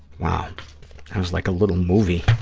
wow. that was like a little movie.